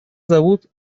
зовут